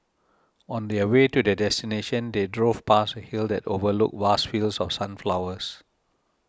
on the way to their destination they drove past a hill that overlook vast fields of sunflowers